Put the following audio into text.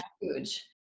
huge